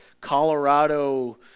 Colorado